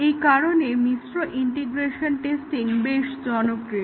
এই কারণে মিশ্র ইন্টিগ্রেশন টেস্টিং বেশ জনপ্রিয়